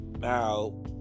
Now